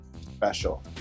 special